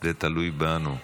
זה תלוי בנו.